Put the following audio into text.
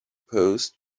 post